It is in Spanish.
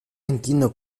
entiendo